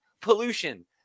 Pollution